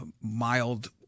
mild